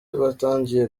batangiye